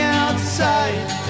outside